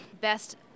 best